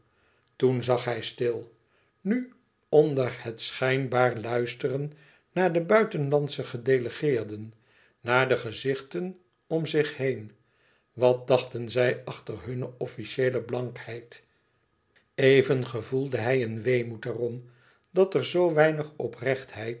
toen zag hij stil nu onder het schijnbaar luisteren naar de buiten e ids aargang landsche gedelegeerden naar de gezichten om hem heen wat dachten zij achter hunne officieele blankheid even gevoelde hij een weemoed er om dat er zoo weinig oprechtheid